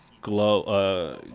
glow